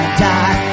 die